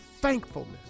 thankfulness